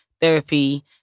therapy